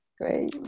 great